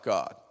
God